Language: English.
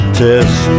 test